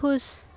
ख़ुश